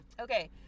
Okay